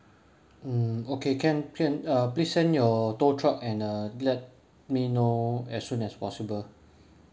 um okay can can uh please send your tow truck and uh let me know as soon as possible